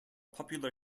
popular